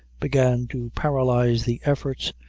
began to paralyze the efforts,